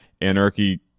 anarchy